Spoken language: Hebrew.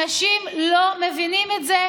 אנשים לא מבינים את זה,